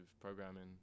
programming